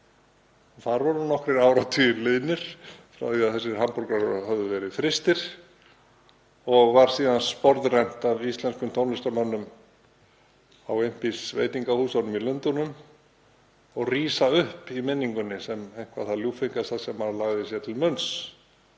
Nokkrir áratugir voru liðnir frá því að þessir hamborgarar höfðu verið frystir og var þeim síðan sporðrennt af íslenskum tónlistarmönnum á Wimpy´s-veitingahúsunum í Lundúnum og rísa upp í minningunni sem eitthvað það ljúffengasta sem maður lagði sér til munns.